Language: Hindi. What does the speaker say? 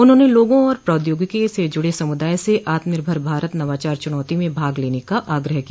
उन्होंने लोगों और प्रौद्योगिकी से जुड़े समुदाय से आत्मनिर्भर भारत नवाचार चुनौती में भाग लेने का आग्रह किया